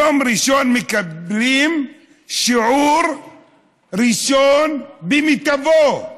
ביום הראשון מקבלים שיעור ראשון במיטבו,